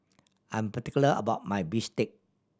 I am particular about my bistake